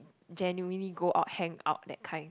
genuinely go out hang out that kind